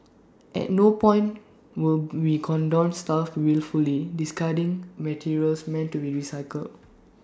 at no point would we condone staff wilfully discarding materials meant to be recycled